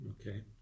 Okay